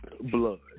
Blood